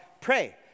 Pray